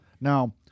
Now